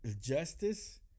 justice